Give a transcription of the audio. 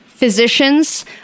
Physicians